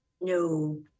no